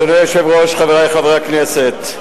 אדוני היושב-ראש, חברי חברי הכנסת,